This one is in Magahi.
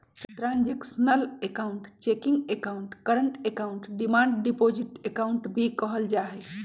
transactional account checking account, current account, demand deposit account भी कहल जाहई